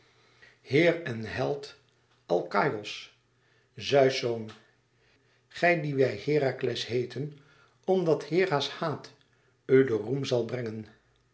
heer en held alkaïos zeus zoon gij dien wij herakles heeten omdat hera's haat u den roem zal brengen